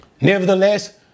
Nevertheless